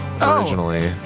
originally